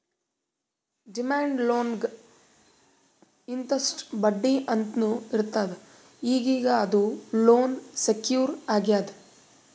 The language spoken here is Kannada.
ಡಿಮ್ಯಾಂಡ್ ಲೋನ್ಗ್ ಇಂತಿಷ್ಟ್ ಬಡ್ಡಿ ಅಂತ್ನೂ ಇರ್ತದ್ ಈಗೀಗ ಇದು ಲೋನ್ ಸೆಕ್ಯೂರ್ ಆಗ್ಯಾದ್